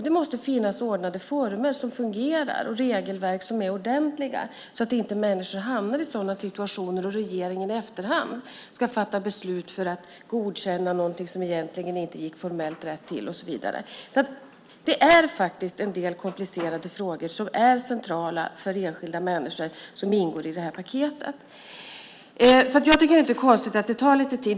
Det måste finnas ordnade former som fungerar och regelverk som är ordentliga så att människor inte hamnar i sådana situationer att regeringen i efterhand ska fatta beslut för att godkänna någonting som egentligen inte gick formellt rätt till och så vidare. Det är faktiskt en del komplicerade frågor som är centrala för enskilda människor som ingår i paketet. Jag tycker inte att det är konstigt att det tar lite tid.